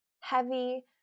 heavy